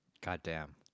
Goddamn